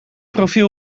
profiel